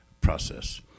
process